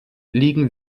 liegen